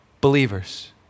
believers